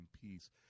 peace